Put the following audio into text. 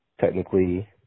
technically